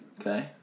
okay